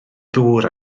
ddŵr